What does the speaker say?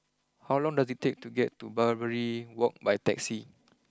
how long does it take to get to Barbary walk by taxi